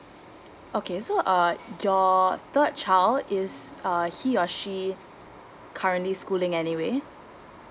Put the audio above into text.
okay so uh your third child is uh he or she currently schooling anywhere